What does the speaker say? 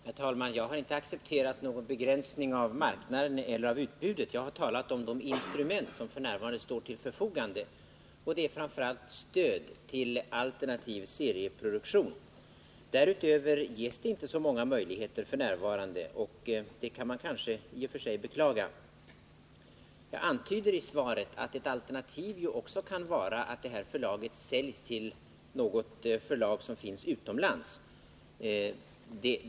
Herr talman! Jag har inte accepterat någon begränsning av marknaden eller utbudet. Jag har talat om de instrument som f. n. står till förfogande, och det är framför allt stöd till alternativ serieproduktion. Därutöver ges det inte så många möjligheter f. n., och det kan mån kanske i och för sig beklaga. Jag antyder i svaret att ett alternativ ju också kan vara att detta förlag säljs till något förlag utomlands.